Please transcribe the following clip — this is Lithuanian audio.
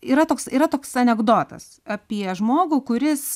yra toks yra toks anekdotas apie žmogų kuris